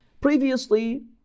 Previously